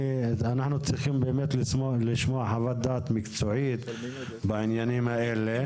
אנחנו צריכים באמת לשמוע חוות דעת מקצועית בעניינים האלה.